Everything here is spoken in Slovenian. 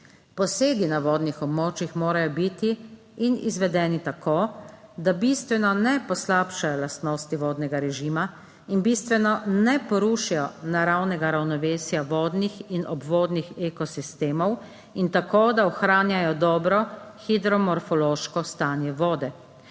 posegi na vodnih območjih morajo biti in izvedeni tako, da bistveno ne poslabšajo lastnosti vodnega režima in bistveno ne porušijo naravnega ravnovesja vodnih in obvodnih ekosistemov in tako, da ohranjajo dobro hidromorfološko stanje vode.